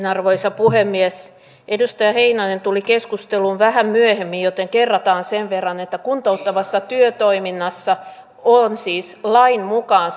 arvoisa puhemies edustaja heinonen tuli keskusteluun vähän myöhemmin joten kerrataan sen verran että kuntouttavassa työtoiminnassa siis lain mukaan